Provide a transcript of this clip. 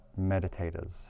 meditators